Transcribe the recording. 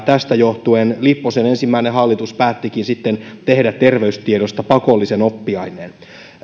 tästä johtuen lipposen ensimmäinen hallitus päättikin sitten tehdä terveystiedosta pakollisen oppiaineen